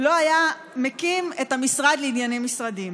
לא היה מקים את המשרד לענייני משרדים.